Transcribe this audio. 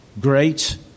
Great